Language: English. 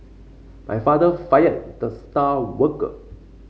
my father fired the star worker